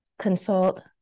consult